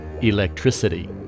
electricity